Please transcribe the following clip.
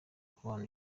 kubana